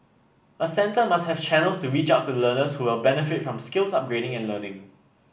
a centre must have channels to reach out to learners who will benefit from skills upgrading and learning